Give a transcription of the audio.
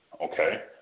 Okay